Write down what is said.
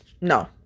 no